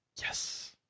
Yes